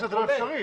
חולה.